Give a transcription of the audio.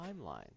timeline